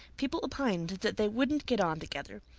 people opined that they wouldn't get on together.